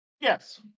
Yes